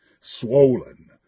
swollen